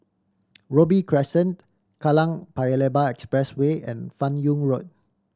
Robey Crescent Kallang Paya Lebar Expressway and Fan Yoong Road